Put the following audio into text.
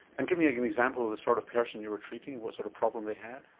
and give me like an example of the sort of person you were treating, what sort of problem they had.